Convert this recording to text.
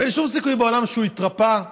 אין שום סיכוי בעולם שהוא התרפא,